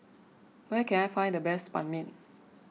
where can I find the best Ban Mian